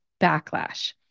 backlash